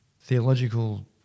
theological